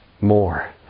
more